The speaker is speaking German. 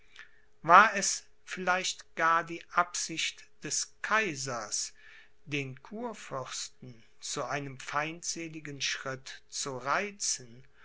war es vielleicht gar die absicht des kaisers den kurfürsten zu einem feindseligen schritt zu reizen